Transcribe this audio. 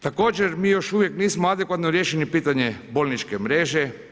Također, mi još uvijek nismo adekvatno riješili pitanje bolničke mreže.